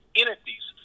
entities